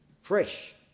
fresh